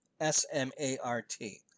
S-M-A-R-T